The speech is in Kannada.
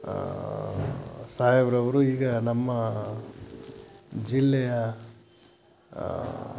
ಸಾಹೇಬರವ್ರು ಈಗ ನಮ್ಮ ಜಿಲ್ಲೆಯ